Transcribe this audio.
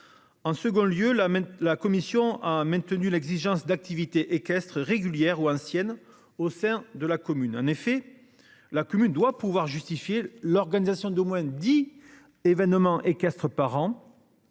En second lieu, la, la commission a maintenu l'exigence d'activités équestres régulière ou anciennes au sein de la commune, en effet, la commune doit pouvoir justifier l'organisation d'au moins 10 événements équestres par an.